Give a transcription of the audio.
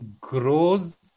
grows